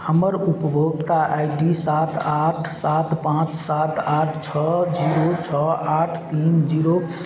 हमर उपभोक्ता I D सात आठ सात पाँच सात आठ छओ जीरो छओ आठ तीन जीरो